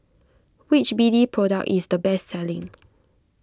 which B D product is the best selling